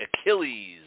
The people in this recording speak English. Achilles